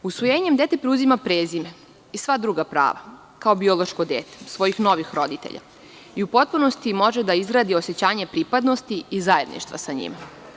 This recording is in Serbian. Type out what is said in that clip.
Usvojenjem dete preuzima prezime i sva druga prava, kao biološko dete svojih novih roditelja i u potpunosti može da izgradi osećanje pripadnosti i zajedništva sa njima.